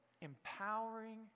empowering